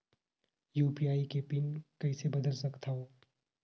UPI के PIN कइसे बदल सकथव?